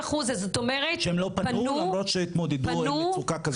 שהן לא פנו למרות שהתמודדו עם מצוקה.